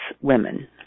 women